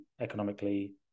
economically